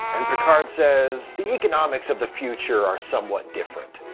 and picard says, the economics of the future are somewhat different.